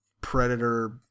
predator